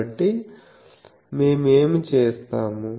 కాబట్టి మేము ఏమి చేస్తాము